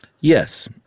Yes